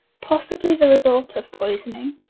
possibly the result of poisoning.